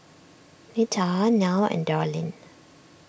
Netta Nile and Darlyne